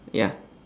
ya